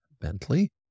Bentley